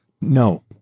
No